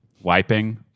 wiping